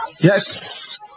Yes